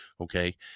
okay